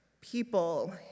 people